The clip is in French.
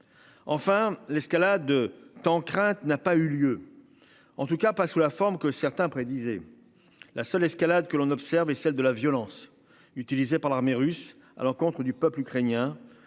Enfin, l'escalade de temps crainte n'a pas eu lieu. En tout cas pas sous la forme que certains prédisaient la seule escalade, que l'on observe et celle de la violence utilisée par l'armée russe à l'encontre du peuple ukrainien.